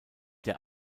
der